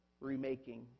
remaking